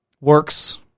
works